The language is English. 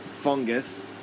fungus